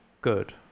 good